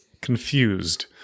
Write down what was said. confused